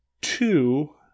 two